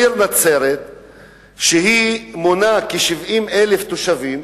העיר נצרת מונה כ-70,000 תושבים,